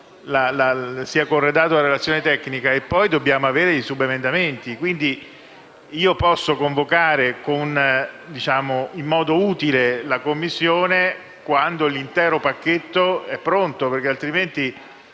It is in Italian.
sia corredato dalla relazione tecnica; poi dobbiamo ricevere i subemendamenti; quindi io posso convocare in modo utile la Commissione quando l'intero pacchetto è pronto, altrimenti